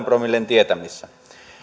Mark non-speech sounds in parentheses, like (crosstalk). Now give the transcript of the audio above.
(unintelligible) promillen tietämissä